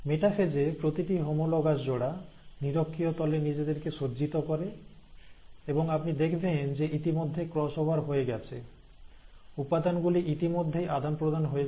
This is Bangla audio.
মেটাফেজ এ প্রতিটি হোমোলোগাসজোড়া নিরক্ষীয় তলে নিজেদেরকে সজ্জিত করে এবং আপনি দেখবেন যে ইতিমধ্যে ক্রস ওভার হয়ে গেছে উপাদানগুলি ইতিমধ্যেই আদান প্রদান হয়েছে